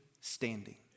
standing